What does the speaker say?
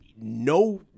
no